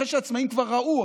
אחרי שהעצמאים כבר ראו,